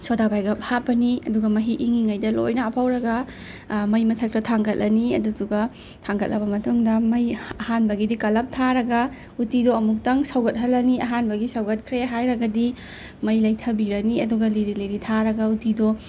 ꯁꯣꯗꯥꯕꯥꯏꯒꯞ ꯍꯥꯞꯄꯅꯤ ꯑꯗꯨꯒ ꯃꯍꯤ ꯏꯪꯉꯤꯉꯩꯗ ꯂꯣꯏꯅ ꯍꯥꯞꯍꯧꯔꯒ ꯃꯩ ꯃꯊꯛꯇ ꯊꯥꯡꯒꯠꯂꯅꯤ ꯑꯗꯨꯗꯨꯒ ꯊꯥꯡꯒꯠꯂꯕ ꯃꯇꯨꯡꯗ ꯃꯩ ꯑꯍꯥꯟꯕꯒꯤꯗꯤ ꯀꯜꯂꯞ ꯊꯥꯔꯒ ꯎꯠꯇꯤꯗꯣ ꯑꯃꯨꯛꯇꯪ ꯁꯧꯒꯠꯍꯜꯂꯅꯤ ꯑꯍꯥꯟꯕꯒꯤ ꯁꯧꯒꯠꯈ꯭ꯔꯦ ꯍꯥꯏꯔꯒꯗꯤ ꯃꯩ ꯂꯩꯊꯕꯤꯔꯅꯤ ꯑꯗꯨꯒ ꯂꯤꯔꯤ ꯂꯤꯔꯤ ꯊꯥꯔꯒ ꯎꯠꯇꯤꯗꯣ